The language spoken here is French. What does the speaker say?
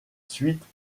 suites